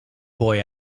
boy